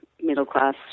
middle-class